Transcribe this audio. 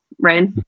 right